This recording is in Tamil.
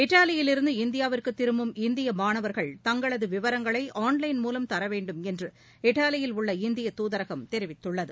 இத்தாலியிலிருந்து இந்தியாவிற்குதிரும்பும் இந்தியமாணவர்கள் தங்களதுவிவரங்களைஆள்லைள் மூலம் தரவேண்டும் என்று இத்தாலியில் உள்ள இந்தியத் தூதரகம் தெரிவித்துள்ளது